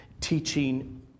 teaching